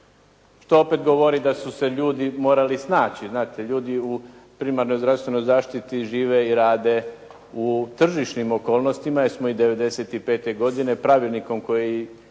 što opet govori da su se ljudi morali snaći, znate ljudi u primarnoj zdravstvenoj zaštiti žive i rade u tržišnim okolnostima jer smo ih '95. godine pravilnikom koji